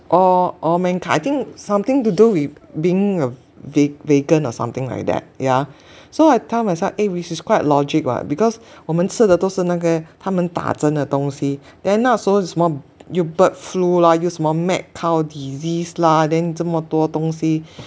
all all mankind I think something to do with being a veg~ vegan or something like that yeah so I tell myself eh which is quite logic [what] because 我们吃的都是那个他们打针的东西 then now 又有什么 bird flu lah 又什么 mad cow disease lah then 这么多东西